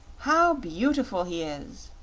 how beautiful he is!